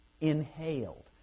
inhaled